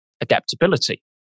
adaptability